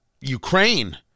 Ukraine